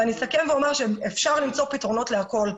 אני אסכם ואומר שאפשר למצוא פתרונות לכל.